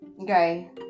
okay